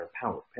Power